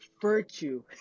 Virtue